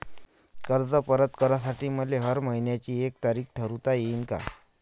कर्ज परत करासाठी मले हर मइन्याची एक तारीख ठरुता येईन का?